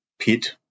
pit